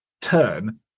turn